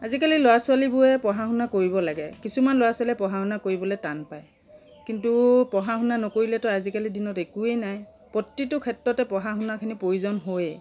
আজিকালি ল'ৰা ছোৱালীবোৰে পঢ়া শুনা কৰিব লাগে কিছুমান ল'ৰা ছোৱালীয়ে পঢ়া শুনা কৰিবলৈ টান পায় কিন্তু পঢ়া শুনা নকৰিলেতো আজিকালিৰ দিনত একোৱে নাই প্ৰতিটো ক্ষেত্ৰতে পঢ়া শুনাখিনিৰ প্ৰয়োজন হয়েই